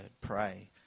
Pray